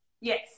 Yes